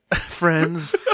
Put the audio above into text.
friends